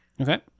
Okay